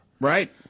Right